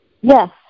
Yes